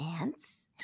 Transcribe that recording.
ants